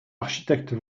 architecte